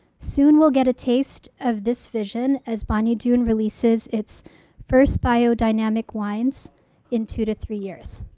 soon, we'll get a taste of this vision as bonny doon releases its first biodynamic wines in two to three years.